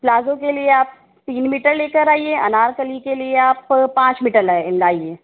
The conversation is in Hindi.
पलाजो के लिए आप तीन मीटर लेकर आइये अनारकली के लिए आप पाँच मीटर लाईये